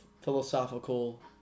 philosophical